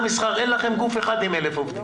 אין לכם גוף אחד עם 1,000 עובדים.